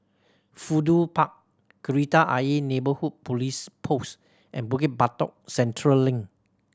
Fudu Park Kreta Ayer Neighbourhood Police Post and Bukit Batok Central Link